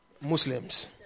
Muslims